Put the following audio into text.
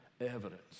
evidence